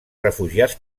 refugiats